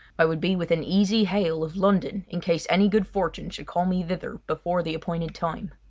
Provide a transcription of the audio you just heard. i would be within easy hail of london in case any good fortune should call me thither before the appointed time.